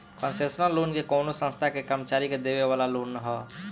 concessional loan कवनो संस्था के कर्मचारी के देवे वाला लोन ह